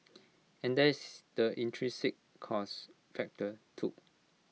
and there is the intrinsic cost factor too